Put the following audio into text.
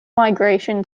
migration